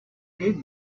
give